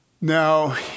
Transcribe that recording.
Now